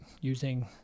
using